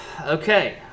Okay